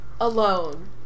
Alone